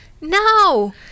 No